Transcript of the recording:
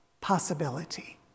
possibility